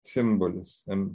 simbolis em